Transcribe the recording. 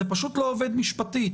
זה פשוט לא עובד משפטית.